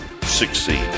succeed